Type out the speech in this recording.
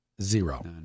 Zero